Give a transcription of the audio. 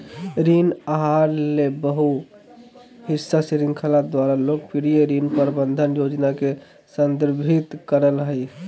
ऋण आहार ले बहु हिस्सा श्रृंखला द्वारा लोकप्रिय ऋण प्रबंधन योजना के संदर्भित करय हइ